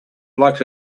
like